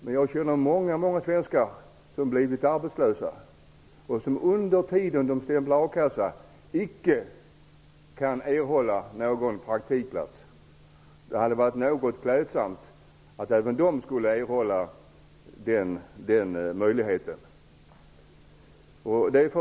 Men jag känner många svenskar som har blivit arbetslösa och som under den tid då de stämplar icke kan erhålla någon praktikplats. Det hade varit något klädsamt om också dessa arbetslösa kunde erhålla den möjligheten.